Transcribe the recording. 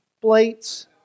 plates